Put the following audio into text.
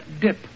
dip